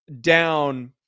down